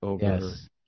Yes